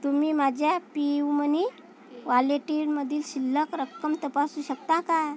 तुम्ही माझ्या पीयुमनी वॉलीटीमधील शिल्लक रक्कम तपासू शकता का